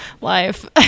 life